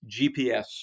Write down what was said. GPS